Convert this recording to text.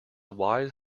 wise